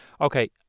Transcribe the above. okay